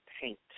paint